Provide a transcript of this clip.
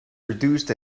produced